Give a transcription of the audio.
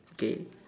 okay